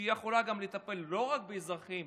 שהיא יכולה לטפל לא רק באזרחים